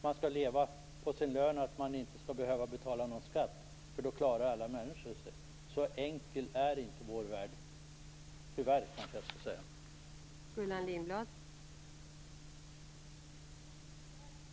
Man skall leva på sin lön, och man skall inte behöva betala någon skatt. Då klarar alla människor sig. Så enkel är inte vår värld, tyvärr kanske jag skall säga.